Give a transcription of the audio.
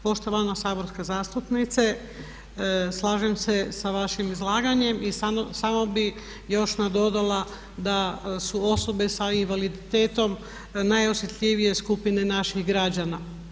Poštovana saborska zastupnice slažem se sa vašim izlaganjem i samo bih još nadodala da su osobe sa invaliditetom najosjetljivije skupine naših građana.